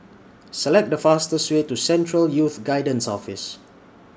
Select The fastest Way to Central Youth Guidance Office